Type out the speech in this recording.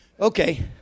Okay